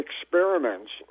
experiments